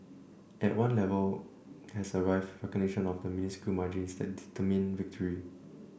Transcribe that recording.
at one level has arrived recognition of the minuscule margins that determine victory